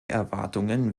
erwartungen